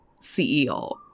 CEO